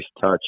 touch